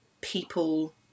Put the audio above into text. people